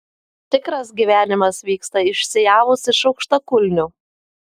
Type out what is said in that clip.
tikras gyvenimas vyksta išsiavus iš aukštakulnių